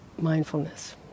mindfulness